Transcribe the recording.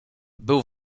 był